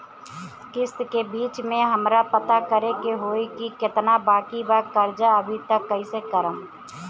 किश्त के बीच मे हमरा पता करे होई की केतना बाकी बा कर्जा अभी त कइसे करम?